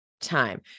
time